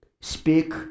speak